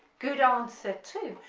good answer too,